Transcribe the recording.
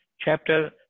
Chapter